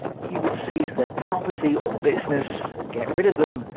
he would seize their property or business, get rid of them,